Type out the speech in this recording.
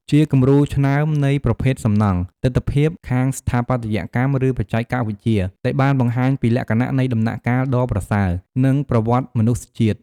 ជាគំរូឆ្នើមនៃប្រភេទសំណង់ ទិដ្ឋភាពខាងស្ថាបត្យកម្ម ឬបច្ចេកវិទ្យា ដែលបានបង្ហាញពី លក្ខណៈនៃដំណាក់កាលដ៏ប្រសើរ និងប្រវត្តិមនុស្សជាតិ។